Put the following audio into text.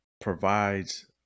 provides